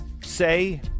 say